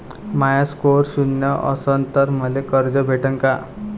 माया score शून्य असन तर मले कर्ज भेटन का?